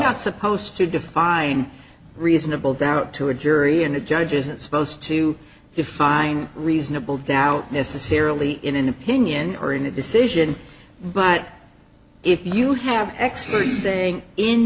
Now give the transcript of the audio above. not supposed to define reasonable doubt to a jury and the judge isn't supposed to define reasonable doubt necessarily in an opinion or in a decision but if you have x really saying in